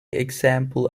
example